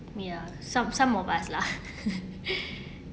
ya some some of us lah